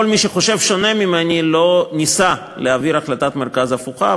כל מי שחושב שונה ממני לא ניסה להעביר החלטת מרכז הפוכה,